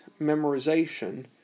memorization